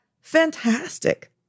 Fantastic